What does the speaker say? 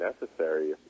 necessary